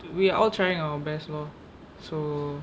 we all trying our best lor so